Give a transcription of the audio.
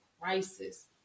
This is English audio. crisis